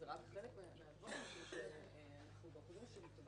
זה לא שיש עובר אורח והוא יגיד שהוא לא עשה